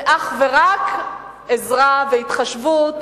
זה אך ורק עזרה והתחשבות